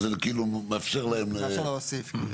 שזה מאפשר להם להוסיף.